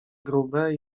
grube